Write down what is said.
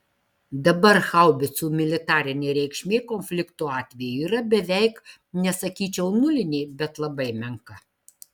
dabar haubicų militarinė reikšmė konflikto atveju yra beveik nesakyčiau nulinė bet labai menka